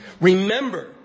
Remember